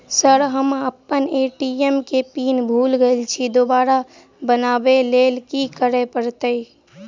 Sir हम अप्पन ATM केँ पिन भूल गेल छी दोबारा बनाबै लेल की करऽ परतै?